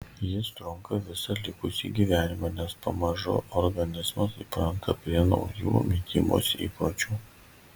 jis trunka visą likusį gyvenimą nes pamažu organizmas įpranta prie naujų mitybos įpročių